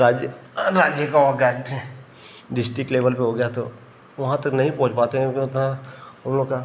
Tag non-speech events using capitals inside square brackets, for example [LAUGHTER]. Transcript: राज्य राज्य का हो गया डिस्टिक लेवल पर हो गया तो वहाँ तक नही पहुँच पाते हैं [UNINTELLIGIBLE] उन लोग का